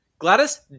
Gladys